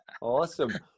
awesome